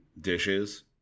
dishes